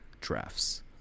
drafts